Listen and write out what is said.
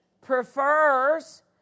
prefers